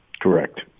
Correct